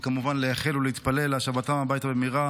וכמובן לייחל ולהתפלל להשבתם הביתה במהרה